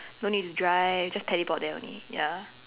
no need to drive just teleport there only ya